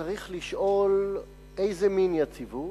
צריך לשאול איזו מין יציבות,